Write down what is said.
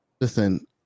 Listen